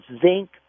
zinc